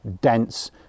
dense